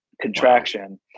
contraction